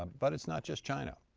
um but it's not just china.